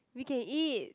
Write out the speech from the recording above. we can eat